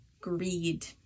greed